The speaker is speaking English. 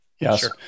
Yes